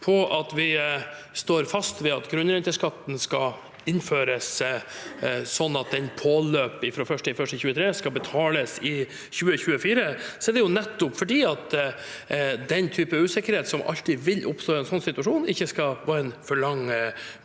på at vi står fast ved at grunnrenteskatten skal innføres, sånn at den påløper fra 1. januar 2023 og skal betales i 2024, er det nettopp fordi den typen usikkerhet som alltid vil oppstå i en sånn situasjon, ikke skal vare i en for lang